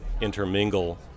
intermingle